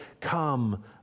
come